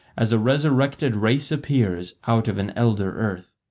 as a resurrected race appears out of an elder earth.